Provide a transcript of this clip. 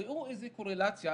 ראו איזו קורלציה,